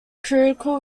critical